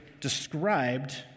described